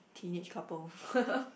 teenage couple